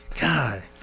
god